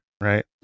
right